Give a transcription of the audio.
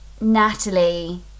Natalie